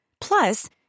Plus